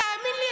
תאמין לי,